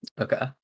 Okay